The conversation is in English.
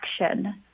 action